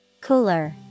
Cooler